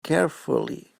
carefully